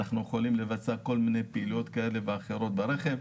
אנחנו יכולים לבצע כל מיני פעילויות כאלה ואחרות ברכב.